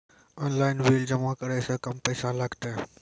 Online bill जमा करै से कम पैसा लागतै?